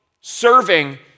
serving